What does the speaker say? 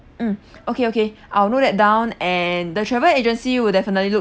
mm okay okay I'll note that down and the travel agency will definitely look